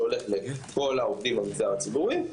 שהולך לכל העובדים במגזר הציבורי,